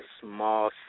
small